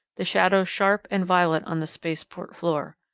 the shadows sharp and violet on the spaceport floor.